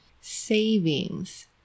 savings